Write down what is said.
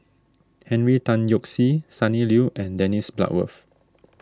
Henry Tan Yoke See Sonny Liew and Dennis Bloodworth